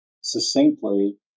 succinctly